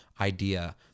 idea